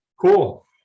cool